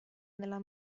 nella